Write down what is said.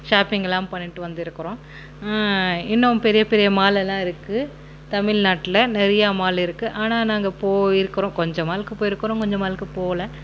shopping எல்லாம் பண்ணிட்டு வந்துருக்கிறோம் இன்னும் பெரிய பெரிய மால் எல்லாம் இருக்குது தமிழ்நாட்டில் நிறையா மால் இருக்குது ஆனால் நாங்கள் போயிருக்கிறோம் கொஞ்ச மாலுக்கு போயிருக்கிறோம் கொஞ்சம் மாலுக்கு போல்